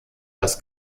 das